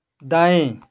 दाएँ